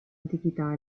antichità